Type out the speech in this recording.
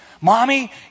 Mommy